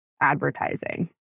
advertising